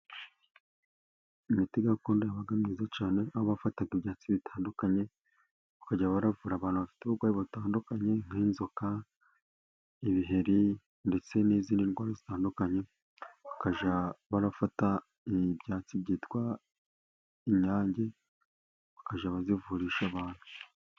Imiti gakondo yabaga myiza cyane, aho bafataga ibyatsi bitandukanye bakajya baravura abantu bafite uburwayi butandukanye. Nk'inzoka, ibiheri ndetse n'izindi ndwara zitandukanye. Bakajya barafata ibyatsi byitwa inyange bakajya barabivurisha abantu.